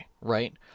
right